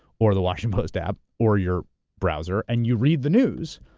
or the washington post app, or your browser and you read the news,